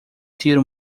tiro